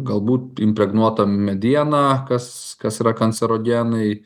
galbūt impregnuotą medieną kas kas yra kancerogenai